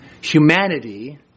humanity